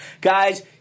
Guys